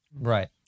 Right